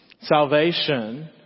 Salvation